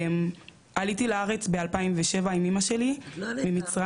עליתי לארץ ב- 2007 עם אמא שלי ממצרים.